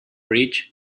bridge